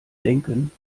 denken